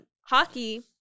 hockey